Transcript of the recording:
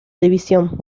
división